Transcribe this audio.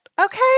Okay